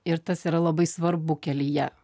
ir tas yra labai svarbu kelyje